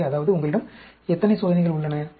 எனவே அதாவது உங்களிடம் எத்தனை சோதனைகள் உள்ளன